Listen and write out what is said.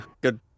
good